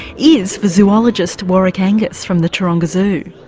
is for zoologist warwick angus from the taronga zoo.